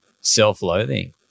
self-loathing